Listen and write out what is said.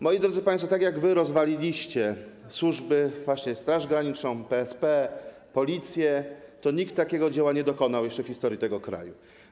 Moi drodzy państwo, tak jak wy rozwaliliście służby, Straż Graniczną, PSP, Policję, nikt takiego dzieła nie dokonał jeszcze w historii tego kraju.